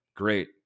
great